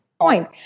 point